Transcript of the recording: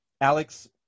Alex